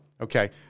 okay